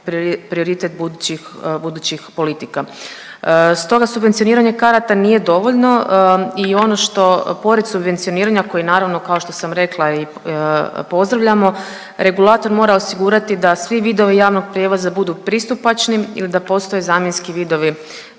budućih, budućih politika. Stoga subvencioniranje karata nije dovoljno i ono što pored subvencioniranja koje naravno kao što sam rekla i pozdravljamo regulator mora osigurati da svi vidovi javnog prijevoza budu pristupačni ili da postoje zamjenski vidovi